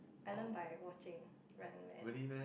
I learn by watching Running-Man